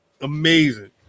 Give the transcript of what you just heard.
Amazing